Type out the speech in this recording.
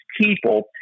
people